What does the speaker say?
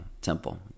temple